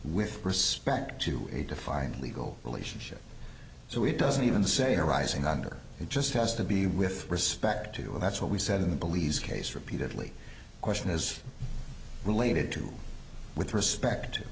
with respect to a defined legal relationship so it doesn't even say arising under it just has to be with respect to that's what we said in the police case repeatedly question is related to with respect to